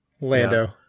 Lando